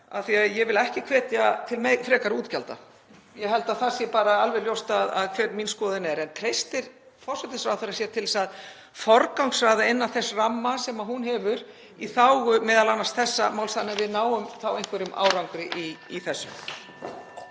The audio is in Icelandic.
því að ég vil ekki hvetja til frekari útgjalda, ég held að það sé alveg ljóst hver mín skoðun er á því — treystir forsætisráðherra sér til þess að forgangsraða innan þess ramma sem hún hefur í þágu m.a. þessa máls þannig að við náum þá einhverjum árangri í þessu?